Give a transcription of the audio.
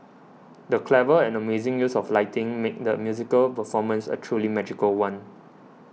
the clever and amazing use of lighting made the musical performance a truly magical one